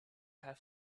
have